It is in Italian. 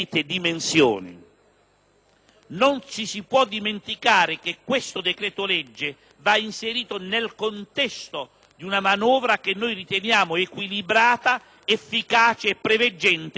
Non ci si può dimenticare che questo decreto‑legge va inserito nel contesto di una manovra, che riteniamo equilibrata, efficace e preveggente, posta in essere dal